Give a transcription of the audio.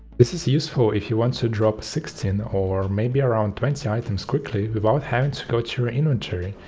this is useful if you want to drop sixteen or maybe around twenty items quickly without having to go to your inventory.